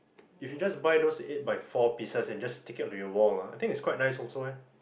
if you just buy those eight by four pieces and just stick it onto your wall ah I think it's quite nice also ah